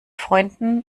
freunden